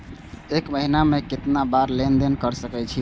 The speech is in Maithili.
एक महीना में केतना बार लेन देन कर सके छी?